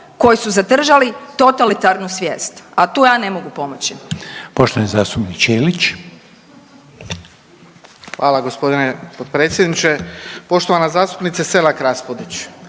koji su zadržali totalitarnu svijest. A tu ja ne mogu pomoći.